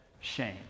shame